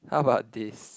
how about this